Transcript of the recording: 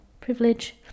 privilege